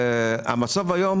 המצב היום